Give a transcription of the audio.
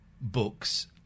Books